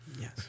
yes